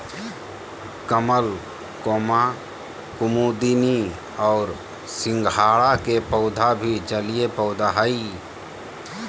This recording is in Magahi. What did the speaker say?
कमल, कुमुदिनी और सिंघाड़ा के पौधा भी जलीय पौधा हइ